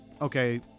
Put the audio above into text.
okay